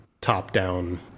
top-down